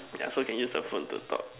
yeah so can use the phone to talk